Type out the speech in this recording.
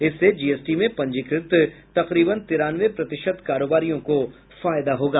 इससे जीएसटी में पंजीकृत तकरीबन तिरानवे प्रतिशत कारोबारियों को फायदा होगा